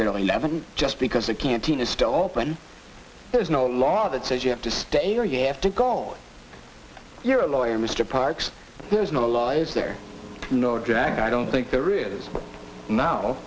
eleven just because the canteen is still open there's no law that says you have to stay here you have to go you're a lawyer mr parks there's no law is there no jack i don't think there is no